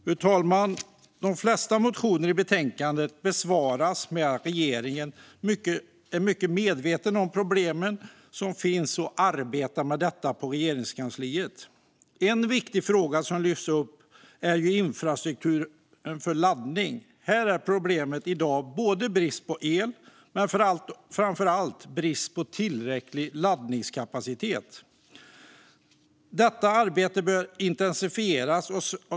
Fru talman! De flesta motioner i betänkandet besvaras med att regeringen är mycket medveten om problemen som finns och arbetar med detta på Regeringskansliet. En viktig fråga som lyfts upp är infrastrukturen för laddning. Här är problemet i dag brist på el men framför allt brist på tillräcklig laddningskapacitet. Arbetet med detta bör intensifieras.